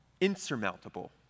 insurmountable